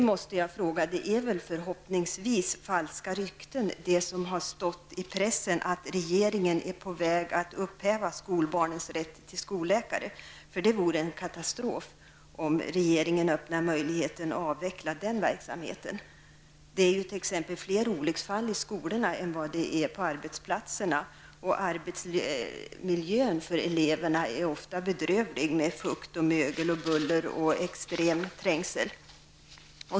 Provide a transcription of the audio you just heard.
Det är väl förhoppningsvis falska rykten som stått i pressen om att regeringen är på väg att upphäva skolbarnens rätt till skolläkare. Det vore en katastrof om regeringen öppnade möjligheten att avveckla den verksamheten. Det är ju t.ex. flera olycksfall i skolan än i arbetslivet. Arbetsmiljön för eleverna är ofta bedrövlig med fukt, mögel, buller och extrem trängsel.